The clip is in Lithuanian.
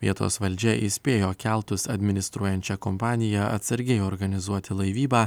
vietos valdžia įspėjo keltus administruojančią kompaniją atsargiai organizuoti laivybą